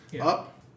up